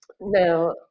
Now